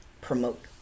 promote